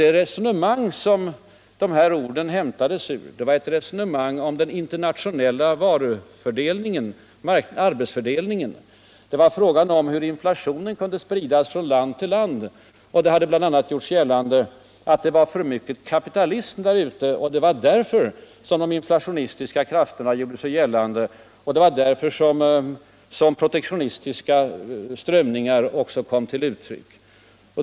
Det resonemang ur vilket mina ord hämtats gällde den internationella arbetsfördelningen och inflationen. Det har ju ofta gjorts gällande att det var de kapitalistiska krafterna som utgjorde grogrund för inflationen och för västerlandets ekonomiska kriser.